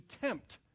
tempt